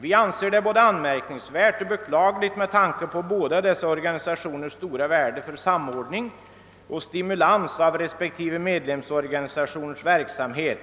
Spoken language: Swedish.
Vi anser det anmärkningsvärt och beklagligt med tanke på dessa båda organisationers stora värde för samordning och stimulans av respektive medlemsorganisationers verksam het